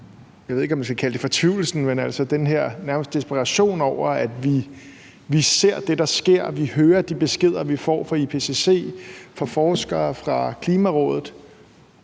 jeg ved ikke, om jeg skal kalde det fortvivlelsen, men den her nærmest desperation over, at vi ser det, der sker, og at vi hører de beskeder, vi får fra IPCC, fra forskere, fra Klimarådet,